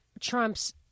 Trump's